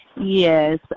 Yes